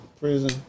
prison